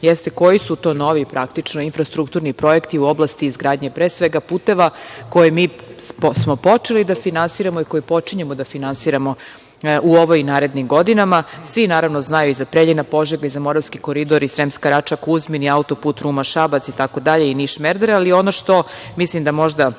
jeste koji su to novi praktično infrastrukturni projekti u oblasti izgradnje, pre svega puteva, koje smo mi počeli da finansiramo i koje počinjemo da finansiramo u ovoj i narednim godinama. Svi, naravno, znaju i za Preljina–Požega, za Moravski koridor, Sremska Rača–Kuzmin i auto-put Ruma–Šabac i Niš–Merdare itd. Ali, ono što mislim da možda